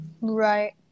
right